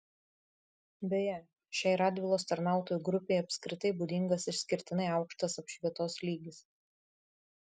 beje šiai radvilos tarnautojų grupei apskritai būdingas išskirtinai aukštas apšvietos lygis